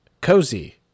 Cozy